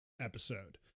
episode